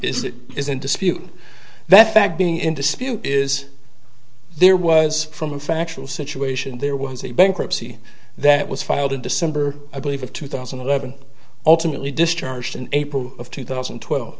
is it is in dispute that fact being in dispute is there was from a factual situation there was a bankruptcy that was filed in december i believe of two thousand and eleven ultimately discharged in april of two thousand and twelve